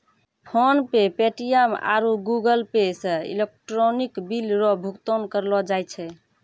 PhonePe Paytm आरु Google Pay से electronic bill रो भुगतान करलो जाय छै